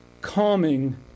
calming